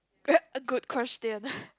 ya a good question